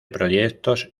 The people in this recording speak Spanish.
proyectos